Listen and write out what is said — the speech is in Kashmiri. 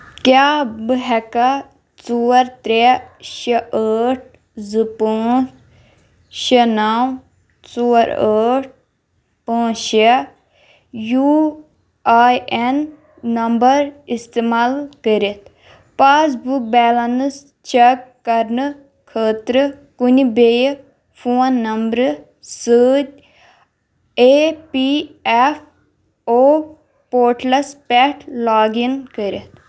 کیٛاہ بہٕ ہیٚکا ژور ترٛےٚ شےٚ ٲٹھ زٕ پانٛژھ شےٚ نو ژور ٲٹھ پاںژھ شےٚ یوٗ آی اٮ۪ن نمبر استعمال کٔرِتھ پاس بُک بیلنس چٮ۪ک کرنہٕ خٲطرٕ کُنہِ بیٚیہِ فون نمبرٕ سۭتۍ E P F O portals پٮ۪ٹھ لاگ اِن کٔرتھ؟